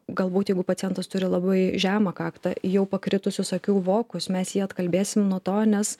galbūt jeigu pacientas turi labai žemą kaktą jau pakritusius akių vokus mes jį atkalbėsim nuo to nes